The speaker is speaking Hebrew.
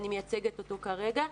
אותו אני מייצגת כרגע,